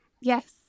Yes